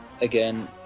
again